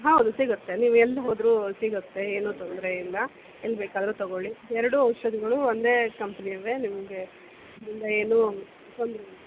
ಹೌದು ಸಿಗುತ್ತೆ ನೀವು ಎಲ್ಲಿ ಹೋದ್ರೂ ಸಿಗುತ್ತೆ ಏನೂ ತೊಂದರೆಯಿಲ್ಲ ಎಲ್ಲಿ ಬೇಕಾದ್ರೂ ತಗೋಳ್ಳಿ ಎರಡೂ ಔಷಧಿಗಳು ಒಂದೇ ಕಂಪ್ನಿಯವೇ ನಿಮಗೆ ಇಂದ ಏನೂ ತೊಂದರೆ ಇಲ್ಲ